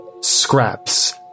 scraps